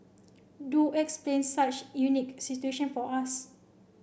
do explain such unique situation for us